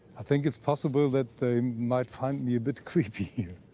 i think it is possible, that they might find me a bit creepy here.